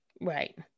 Right